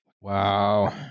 Wow